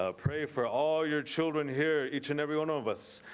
ah pray for all your children here. each and every one of us.